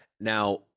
Now